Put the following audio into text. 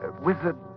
wizard